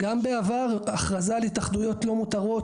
גם בעבר הכרזה על התאחדויות לא מותרות